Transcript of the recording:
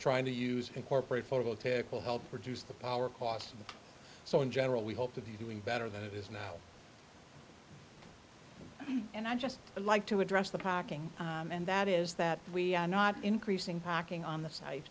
trying to use incorporate photovoltaic will help reduce the power costs so in general we hope to be doing better than it is now and i just would like to address the packing and that is that we are not increasing packing on the site